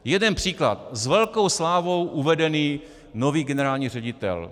Jeden příklad s velkou slávou uvedený nový generální ředitel.